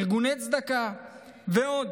ארגוני צדקה ועוד,